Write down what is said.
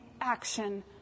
action